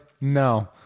no